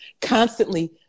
constantly